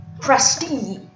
prestige